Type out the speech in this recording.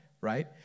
right